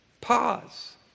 pause